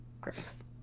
Gross